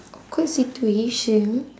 awkward situation